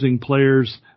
players